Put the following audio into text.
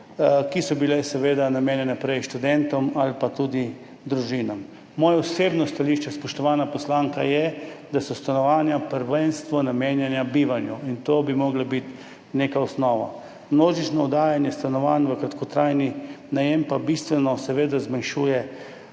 ki so bila prej seveda namenjena študentom ali pa tudi družinam. Moje osebno stališče, spoštovana poslanka, je, da so stanovanja prvenstveno namenjena bivanju, in to bi morala biti neka osnova. Množično oddajanje stanovanj v kratkotrajni najem pa seveda bistveno zmanjšuje